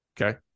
Okay